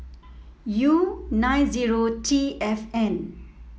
U nine zero T F N